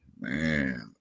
man